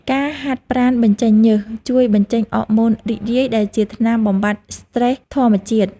ការហាត់ប្រាណបញ្ចេញញើស ជួយបញ្ចេញ អ័រម៉ូនរីករាយ ដែលជាថ្នាំបំបាត់ស្ត្រេសធម្មជាតិ។